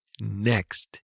next